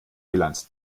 bilanz